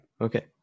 Okay